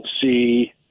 see